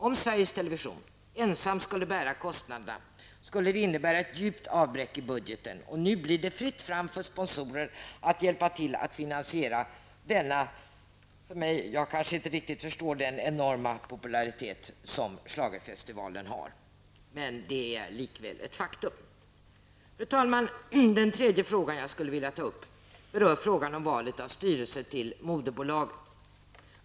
Om Sveriges Television ensamt skulle bära kostnaderna, skulle det innebära ett djupt avbräck i budgeten. Nu blir det fritt fram för sponsorer att hjälpa till att finansiera denna enormt populära schlagerfestival. Jag kanske inte riktigt förstår denna popularitet, men det är likväl ett faktum. Fru talman! Den tredje frågan jag skulle vilja ta upp gäller valet av styrelse till moderbolaget.